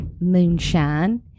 moonshine